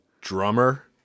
drummer